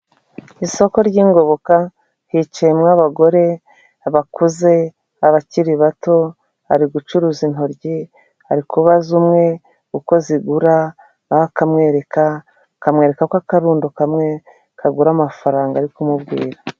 Isoko ry'ingoboka hiciyemo abagore bakuze abakiri bato ari gucuruza intoryi ari kubaza umwe uko zigura nawe akamwereka, akamwereka ko akarundo kamwe kagura amafaranga ari kumubwira.